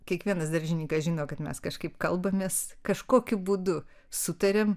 kiekvienas daržininkas žino kad mes kažkaip kalbamės kažkokiu būdu sutariam